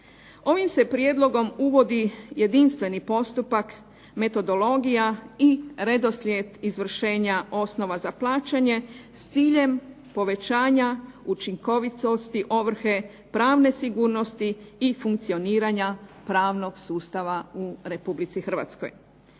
Ovim se prijedlogom uvodi jedinstveni postupak, metodologija i redoslijed izvršenja osnova za plaćanje s ciljem povećanja učinkovitosti ovrhe pravne sigurnosti i funkcioniranja pravnog sustava u Republici Hrvatskoj.